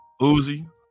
Uzi